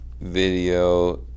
video